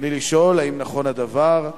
רצוני לשאול: 1. האם נכון הדבר?